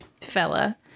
fella